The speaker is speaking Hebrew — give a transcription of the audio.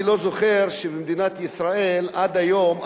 אני לא זוכר שבמדינת ישראל עד היום,